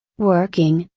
working,